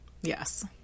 Yes